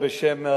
אותם.